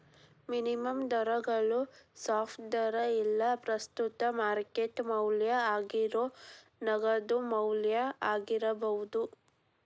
ವಿನಿಮಯ ದರಗೋಳು ಸ್ಪಾಟ್ ದರಾ ಇಲ್ಲಾ ಪ್ರಸ್ತುತ ಮಾರ್ಕೆಟ್ ಮೌಲ್ಯ ಆಗೇರೋ ನಗದು ಮೌಲ್ಯ ಆಗಿರ್ಬೋದು